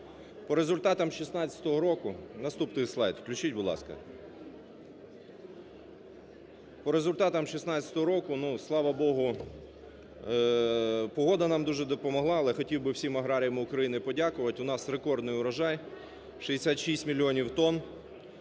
По результатам 16-го року, ну, слава Богу, погода нам дуже допомогла, але хотів би всім аграріям подякувати, у нас рекордний урожай – 66 мільйонів тонн,